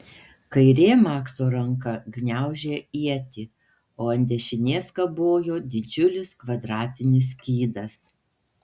kairė makso ranka gniaužė ietį o ant dešinės kabojo didžiulis kvadratinis skydas